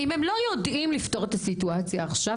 אם הם לא יודעים לפתור את הסיטואציה עכשיו,